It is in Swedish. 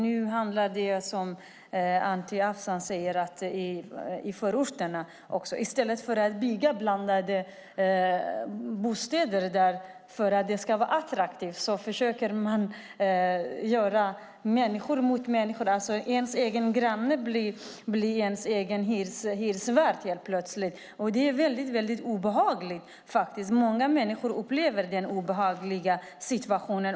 Nu handlar det, som Anti Avsan säger, om förorterna. I stället för att bygga olika typer av bostäder för att det ska vara attraktivt försöker man ställa människor mot människor. Den egna grannen blir helt plötsligt ens hyresvärd. Det är mycket obehagligt. Många människor upplever denna obehagliga situation.